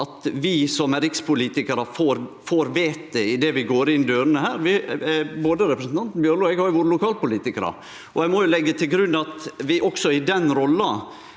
at vi som er rikspolitikarar, får vitet idet vi går inn dørene her. Både representanten Bjørlo og eg har vore lokalpolitikarar, og ein må leggje til grunn at vi også i den rolla